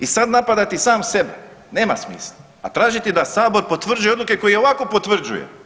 I sad napadati sam sebe nema smisla, a tražiti da sabor potvrđuje odluke koje i ovako potvrđuje.